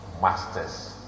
Masters